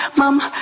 mama